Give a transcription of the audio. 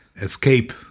escape